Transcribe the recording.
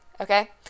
okay